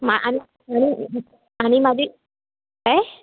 मा आणि आणि माझी काय